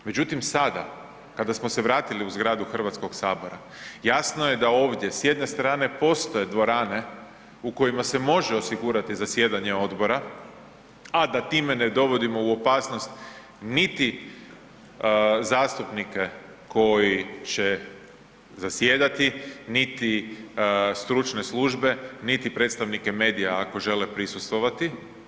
Međutim, sada kada smo se vratili u zgradu HS-a jasno je da ovdje, s jedne strane postoje dvorane u kojima se može osigurati zasjedanje odbora, a da time ne dovodimo u opasnost niti zastupnike koji će zasjedati niti stručne službe niti predstavnike medija, ako žele prisustvovati.